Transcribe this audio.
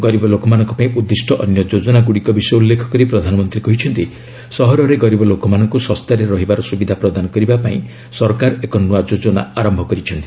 ଗରିବ ଲୋକମାନଙ୍କ ପାଇଁ ଉଦ୍ଦିଷ୍ଟ ଅନ୍ୟ ଯୋଜନା ଗୁଡ଼ିକ ବିଷୟ ଉଲ୍ଲେଖ କରି ପ୍ରଧାନମନ୍ତ୍ରୀ କହିଛନ୍ତି ସହରରେ ଗରିବ ଲୋକମାନଙ୍କୁ ଶସ୍ତାରେ ରହିବାର ସୁବିଧା ପ୍ରଦାନ କରିବା ଲାଗି ସରକାର ଏକ ନ୍ତ୍ରଆ ଯୋଜନା ଆରମ୍ଭ କରିଛନ୍ତି